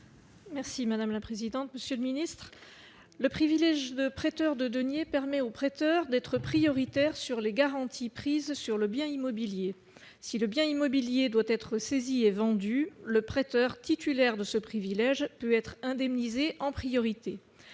est à Mme Sylvie Vermeillet. Le privilège de prêteur de deniers permet au prêteur d'être prioritaire sur les garanties prises sur le bien immobilier : si celui-ci doit être saisi et vendu, le prêteur titulaire de ce privilège peut être indemnisé en priorité.